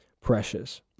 precious